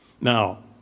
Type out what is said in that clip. Now